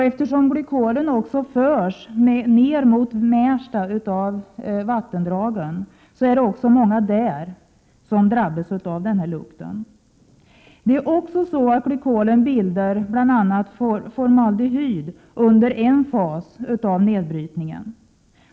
Eftersom glykolen förs med vattendragen ned mot Märsta är det också många där som drabbas av lukten. Glykolen bildar dessutom bl.a. formaldehyd under en fas av nedbrytningen.